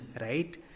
right